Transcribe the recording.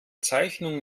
zeichnung